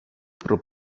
про